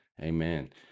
Amen